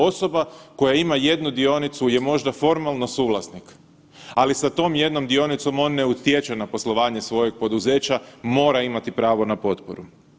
Osoba koja ima jednu dionicu je možda formalno suvlasnik, ali sa tom jednom dionicom on ne utječe na poslovanje svojeg poduzeća, mora imati pravo na potporu.